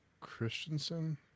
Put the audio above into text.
Christensen